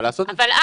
אבל, אז,